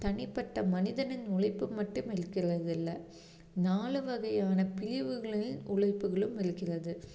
தனிப்பட்ட மனிதனின் உழைப்பு மட்டும் இருக்கிறது இல்லை நாலு வகையான பிரிவுகளில் உழைப்புகளும் இருக்கின்றது